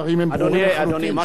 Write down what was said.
אדוני, מה שאני אומר,